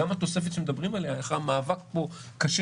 גם התוספת שמדברים עליה היא אחרי מאבק קשה